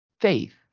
faith